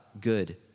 good